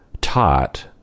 taught